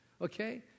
Okay